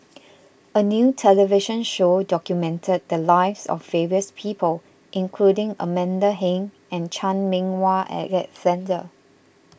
a new television show documented the lives of various people including Amanda Heng and Chan Meng Wah Alexander